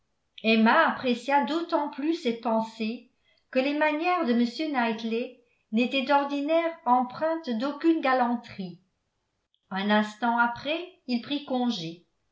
emma apprécia d'autant plus cette pensée que les manières de m knightley n'étaient d'ordinaire empreintes d'aucune galanterie un instant après il prit congé